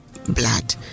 Blood